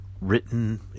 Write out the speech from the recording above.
written